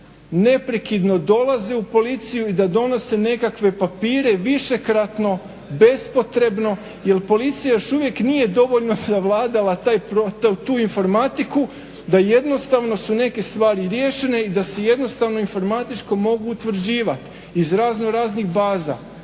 neprekidno dolaze u policiju i da donose nekakve papire višekratno, bespotrebno, jel policija još uvijek nije dovoljno savladala tu informatiku da jednostavno su neke stvari riješene i da si jednostavno informatičko mogu utvrđivati iz raznoraznih baza.